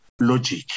logic